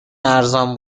ارزان